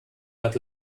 hat